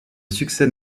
succès